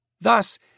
Thus